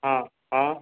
ହଁ ହଁ